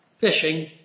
fishing